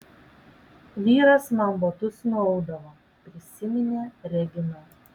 vyras man batus nuaudavo prisiminė regina